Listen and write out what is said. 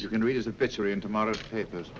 you can read as a pitcher into modest papers